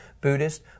Buddhist